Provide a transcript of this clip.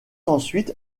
ensuite